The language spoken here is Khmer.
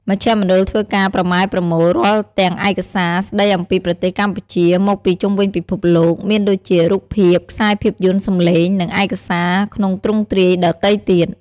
មជ្ឈមណ្ឌលធ្វើការប្រមែប្រមូលរាល់ទាំងឯកសារស្តីអំពីប្រទេសកម្ពុជា មកពីជុំវិញពិភពលោក មានដូចជារូបភាព ខ្សែភាពយន្តសំឡេង និងឯកសារក្នុងទ្រង់ទ្រាយដទៃទៀត។